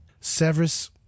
severus